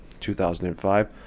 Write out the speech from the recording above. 2005